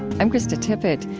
i'm krista tippett.